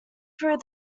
through